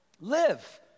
live